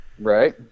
Right